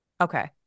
okay